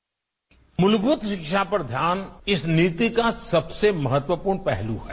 bite मूलभूत शिक्षा पर ध्यान इस नीति का सबसे महत्वपूर्ण पहलू है